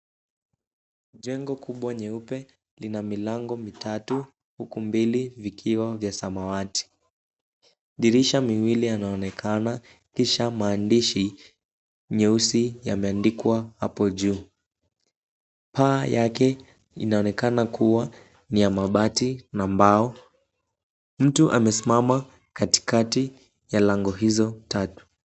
Jengo kubwa nyeupe lina milango mitatu huku mbili vikiwa vya samawati. Dirisha miwili yanaonekana kisha maandishi nyeusi yameandikwa hapo juu. Paa yake inaonekana kuwa ni ya mabati na mbao. Mtu amesimama katikati ya lango hizo tatu.